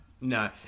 no